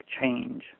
change